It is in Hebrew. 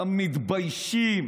לא מתביישים.